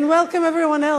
and welcome everyone else.